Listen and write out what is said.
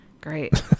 great